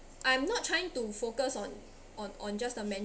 I'm not trying to focus on on on just a